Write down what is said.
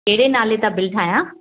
कहिड़े नाले तां बिल ठाहियां